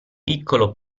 piccolo